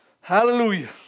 Hallelujah